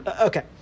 Okay